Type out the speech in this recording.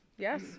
Yes